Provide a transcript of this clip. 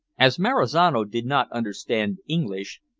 as marizano did not understand english,